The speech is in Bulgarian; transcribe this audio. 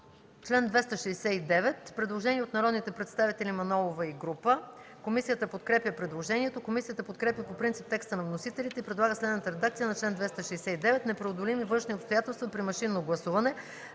от Мая Манолова и група народни представители. Комисията подкрепя предложението. Комисията подкрепя по принцип текста на вносителите и предлага следната редакция на чл. 269: „Непреодолими външни обстоятелства при машинно гласуване